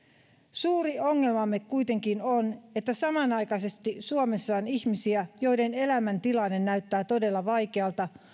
suuri ongelmamme kuitenkin on että samanaikaisesti suomessa on ihmisiä joiden elämäntilanne näyttää todella vaikealta